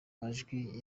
majwi